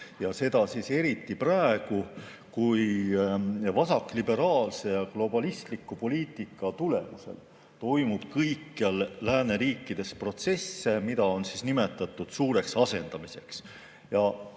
ja seda eriti praegu, kui vasakliberaalse ja globalistliku poliitika tulemusel toimub kõikjal lääneriikides protsesse, mida on nimetatud suureks asendamiseks.